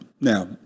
Now